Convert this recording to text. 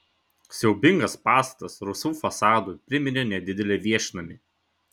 siaubingas pastatas rausvu fasadu priminė nedidelį viešnamį